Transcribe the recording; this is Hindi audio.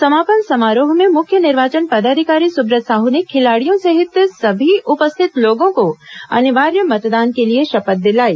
समापन समारोह में मुख्य निर्वाचन पदाधिकारी सुब्रत साहू ने खिलाड़ियों सहित सभी उपस्थित लोगों को अनिवार्य मतदान के लिए शपथ दिलाई